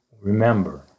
remember